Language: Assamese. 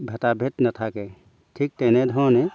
ভেটাভেদ নাথাকে ঠিক তেনেধৰণে